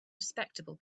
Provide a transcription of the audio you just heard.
respectable